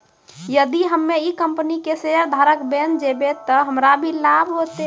यदि हम्मै ई कंपनी के शेयरधारक बैन जैबै तअ हमरा की लाभ होतै